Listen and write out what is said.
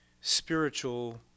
spiritual